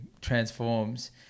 transforms